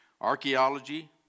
archaeology